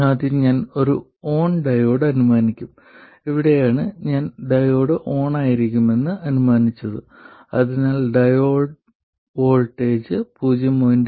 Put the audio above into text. ആദ്യം ഞാൻ ഒരു ഓൺ ഡയോഡ് അനുമാനിക്കും ഇവിടെയാണ് ഞാൻ ഡയോഡ് ഓണായിരിക്കുമെന്ന് അനുമാനിച്ചത് അതിനാൽ ഡയോഡ് വോൾട്ടേജ് 0